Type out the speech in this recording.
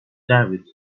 derived